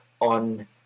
on